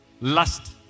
lust